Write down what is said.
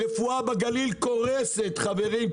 הרפואה בגליל קורסת, חברים.